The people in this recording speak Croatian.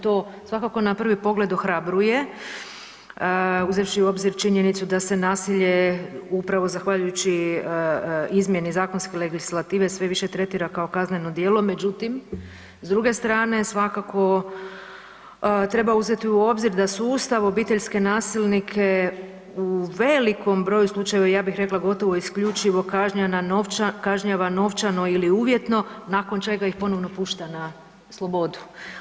To svakako na prvi pogled ohrabruje uzevši u obzir činjenicu da se nasilje upravo zahvaljujući izmjeni zakonske legislative sve više tretira kao kazneno djelo, međutim, s druge strane svakako treba uzeti u obzir da su Ustav obiteljske nasilnike u velikom broju slučajeva, ja bih rekla, gotovo isključivo kažnjavan novčano ili uvjetno nakon čega ih ponovno pušta na slobodu.